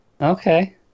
Okay